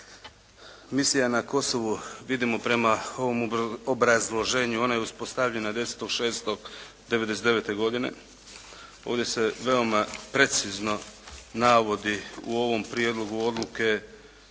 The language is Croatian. Misija na Kosovu vidimo prema ovom obrazloženju ona je uspostavljena 10.6.1999. godine. Ovdje se veoma precizno navodi u ovom prijedlogu odluke